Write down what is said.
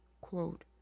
quote